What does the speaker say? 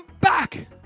back